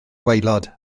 gwaelod